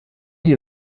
die